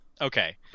okay